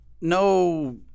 No